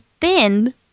thin